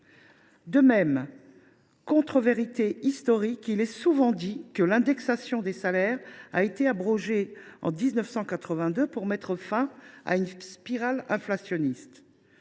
De même, contre vérité historique, il est souvent dit que l’indexation des salaires a été abrogée en 1982 pour mettre fin à une spirale inflationniste.